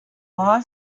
law